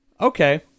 okay